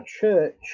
church